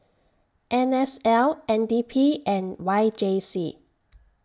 N S L N D P and Y J C